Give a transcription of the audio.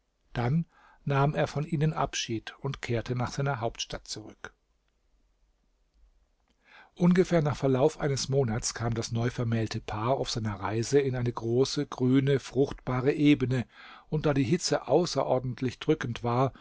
dann nahm er von ihnen abschied und kehrte nach seiner hauptstadt zurück ungefähr nach verlauf eines monats kam das neuvermählte paar auf seiner reise in eine große grüne fruchtbare ebene und da die hitze außerordentlich drückend war